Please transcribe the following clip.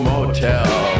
Motel